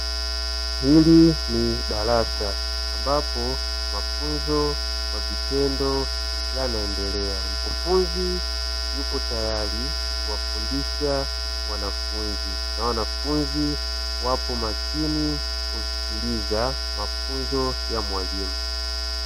Hili ni darasa ambapo mafunzo kwa vitendo yanaendelea, mkufunzi yupo tayari kuwafundisha wanafunzi, na wanafunzi wapo makini kusikiliza mafunzo ya mwalimu.